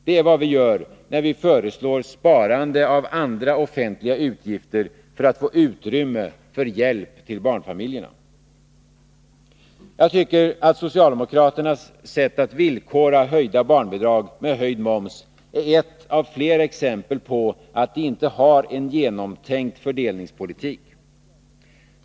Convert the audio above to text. Det är vad vi gör, när vi föreslår sparande av andra offentliga utgifter för att få utrymme för hjälp till barnfamiljerna. Jag tycker att socialdemokraternas sätt att villkora höjda barnbidrag med höjd moms är ett av flera exempel på att de inte har en genomtänkt fördelningspolitik.